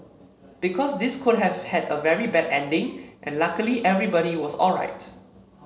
because this could have had a very bad ending and luckily everybody was alright